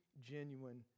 genuine